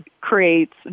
creates